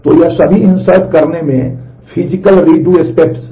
तो ये सभी इन्सर्ट हैं